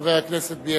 חבר הכנסת בילסקי.